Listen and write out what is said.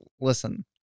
Listen